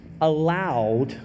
allowed